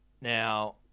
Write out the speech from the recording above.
Now